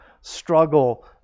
struggle